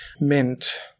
mint